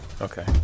Okay